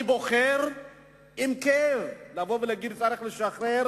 אני בוחר בכאב לבוא ולהגיד: צריך לשחרר